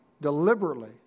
deliberately